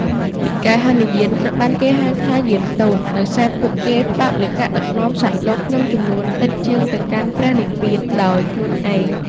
និកាយហីនយានត្រូវបានគេហៅថា "យានតូច" ដោយសារពួកគេផ្តោតលើការដឹកនាំសត្វលោកក្នុងចំនួនតិចជាងទៅកាន់ព្រះនិព្វានដោយខ្លួនឯង។